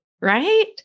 right